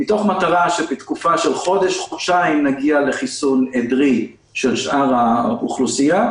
מתוך מטרה שבתקופה של חודש חודשיים נגיע לחיסון עדרי של שאר האוכלוסייה.